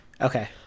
Okay